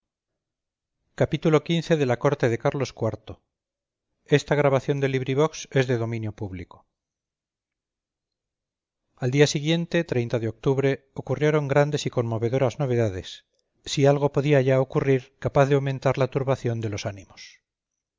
xxvi xxvii xxviii la corte de carlos iv de benito pérez galdós al siguiente de octubre ocurrieron grandes y conmovedoras novedades si algo podía ya ocurrir capaz de aumentar la turbación de los ánimos